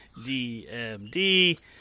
DMD